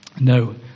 No